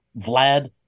Vlad